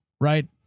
right